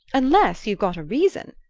unless you've got a reason,